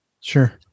Sure